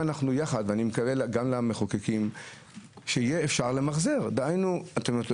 50 אגורות - תן את האפשרות למחזר.